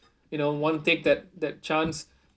you know want to take that that chance